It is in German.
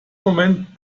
moment